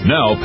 Now